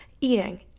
eating